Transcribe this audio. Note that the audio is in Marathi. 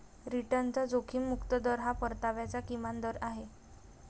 रिटर्नचा जोखीम मुक्त दर हा परताव्याचा किमान दर आहे